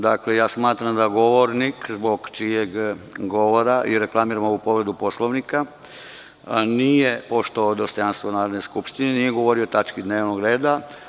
Dakle, smatram da govornik zbog čijeg govora i reklamiram ovu povredu Poslovnika nije poštovao dostojanstvo Narodne skupštine i nije govorio o tački dnevnog reda.